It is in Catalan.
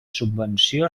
subvenció